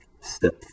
Step